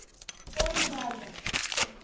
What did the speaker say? कोन विभाग मे